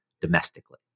domestically